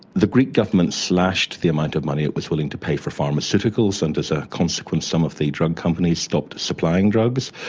the greek government slashed the amount of money it was willing to pay for pharmaceuticals and as a consequence some of the drug companies stopped supplying drugs.